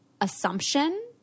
assumption